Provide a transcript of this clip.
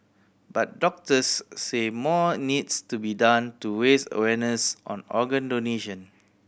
but doctors say more needs to be done to raise awareness on organ donation